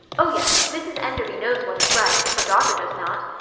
oh, yes, mrs enderby knows what is right, if her daughter does not.